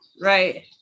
Right